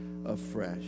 afresh